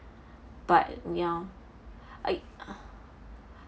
but ya I